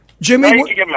Jimmy